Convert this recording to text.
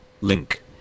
link